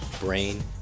brain